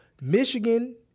Michigan